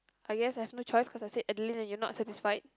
I guess I have no choice cause I said Adeline and you're not satisfied